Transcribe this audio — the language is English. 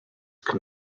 can